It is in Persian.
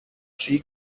شویی